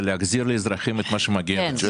זה להחזיר לאזרחים את מה שמגיע להם.